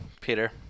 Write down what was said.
Peter